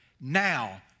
Now